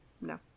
no